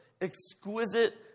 exquisite